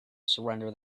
surrender